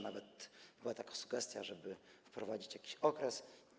Nawet była taka sugestia, żeby wprowadzić jakiś okres.